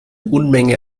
unmenge